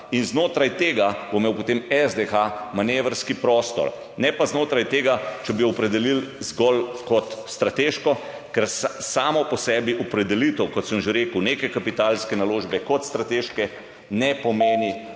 Znotraj tega bo imel potem SDH manevrski prostor, ne pa znotraj tega, če bi jo opredelili zgolj kot strateško. Ker sama po sebi opredelitev, kot sem že rekel, neke kapitalske naložbe kot strateške, ne pomeni,